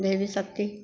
देवी शक्ति